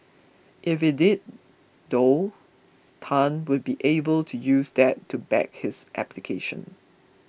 if it did though Tan would be able to use that to back his application